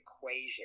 equation